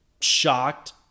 shocked